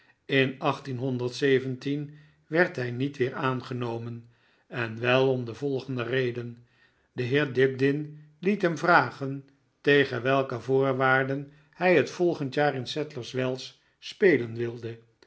in werd hy niet weer aangenomen en wel om de volgende reden de heer dibdin liet hem vragen tegen welke voorwaarden hi het volgend jaar in sadlers wells spelen wilde